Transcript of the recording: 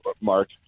mark